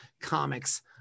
comics